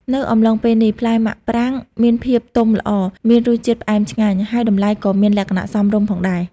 នៅអំឡុងពេលនេះ ផ្លែមាក់ប្រាងមានភាពទុំល្អ មានរសជាតិផ្អែមឆ្ងាញ់ ហើយតម្លៃក៏មានលក្ខណៈសមរម្យផងដែរ។